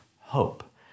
hope